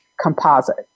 composite